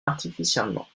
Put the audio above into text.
artificiellement